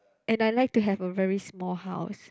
and I like to have a very small house